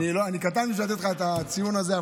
אני קטן בשביל לתת לך את הציון הזה,